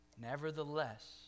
Nevertheless